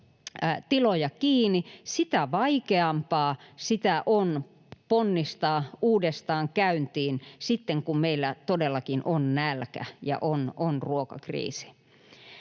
tiloja kiinni, sitä vaikeampaa sitä on ponnistaa uudestaan käyntiin sitten, kun meillä todellakin on nälkä ja on ruokakriisi.